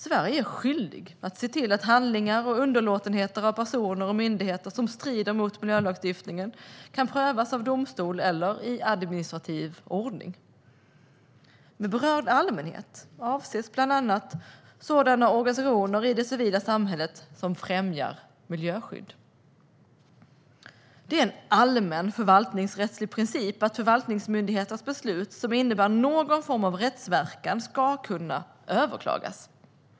Sverige är skyldigt att se till att handlingar och underlåtenheter av personer och myndigheter som strider mot miljölagstiftningen kan prövas av domstol eller i administrativ ordning. Med berörd allmänhet avses bland annat sådana organisationer i det civila samhället som främjar miljöskydd. Det är en allmän förvaltningsrättslig princip att förvaltningsmyndigheters beslut som innebär någon form av rättsverkan ska kunna överklagas.